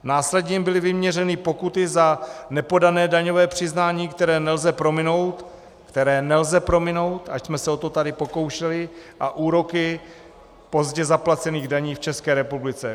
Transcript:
Následně jim byly vyměřeny pokuty za nepodané daňové přiznání, které nelze prominout, které nelze prominout, ač jsme se o to tady pokoušeli, a úroky pozdě zaplacených daní v České republice.